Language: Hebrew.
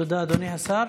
תודה, אדוני השר.